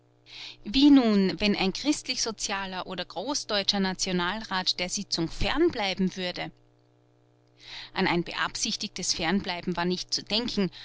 wie nun wenn ein christlichsozialer oder großdeutscher nationalrat der sitzung fernbleiben würde an ein beabsichtigtes fernbleiben war nicht zu denken